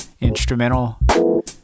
instrumental